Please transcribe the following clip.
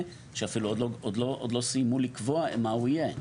שאפילו עוד לא סיימו לקבוע מה הוא יהיה.